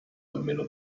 almeno